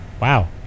Wow